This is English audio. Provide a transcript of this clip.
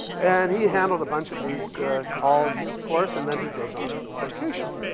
and he handled a bunch of these calls, of course, and then he goes on vacation.